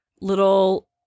little